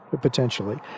potentially